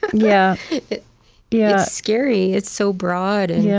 yeah yeah scary. it's so broad and yeah